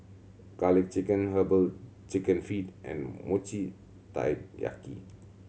Garlic Chicken Herbal Chicken Feet and Mochi Taiyaki